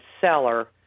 seller